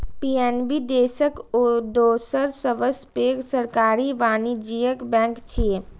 PNB देशक दोसर सबसं पैघ सरकारी वाणिज्यिक बैंक छियै